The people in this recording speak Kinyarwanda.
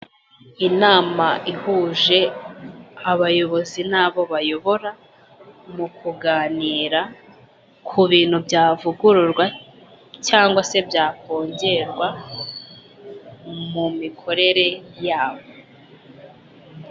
Inama ihuje abayobozi n'abo bayobora, mu kuganira ku bintu byavugururwa cyangwa se byakongerwa mu mikorere yabo.